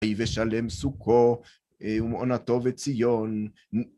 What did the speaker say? ויהי בשלם סוכו, ומעונתו בציון.